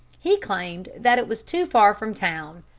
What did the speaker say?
he claimed that it was too far from town.